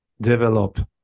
develop